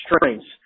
strengths